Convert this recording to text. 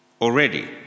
already